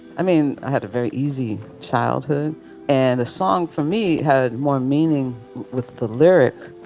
i mean, i had a very easy childhood and the song for me had more meaning with the lyric,